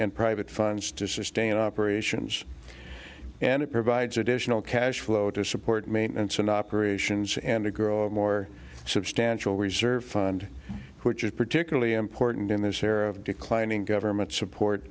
and private funds to sustain operations and it provides additional cash flow to support maintenance and operations and a girl more substantial reserve fund which is particularly important in this era of declining government support